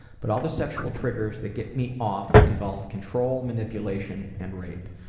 but all the sexual triggers that get me off involve control, manipulation and rape.